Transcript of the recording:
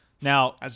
Now